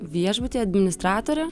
viešbutyje administratore